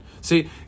See